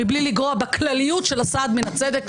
מבלי לגרוע בכלליות של הסעד מן הצדק,